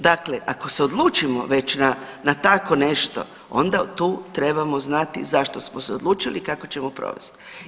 Dakle, ako se odlučimo već na tako nešto, onda tu trebamo znati zašto smo se odlučili i kako ćemo provesti.